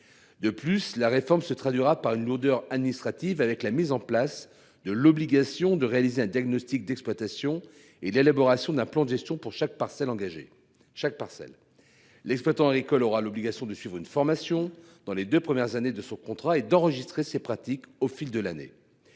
De plus, la réforme entraînera des lourdeurs administratives en raison de la mise en place de l'obligation de réaliser un diagnostic d'exploitation et d'élaborer un plan de gestion pour chaque parcelle engagée. L'exploitant agricole aura également l'obligation de suivre une formation dans les deux premières années de son contrat et d'enregistrer ses pratiques au fil de l'année.